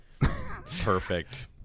Perfect